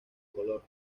color